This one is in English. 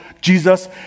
Jesus